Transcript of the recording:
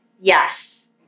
Yes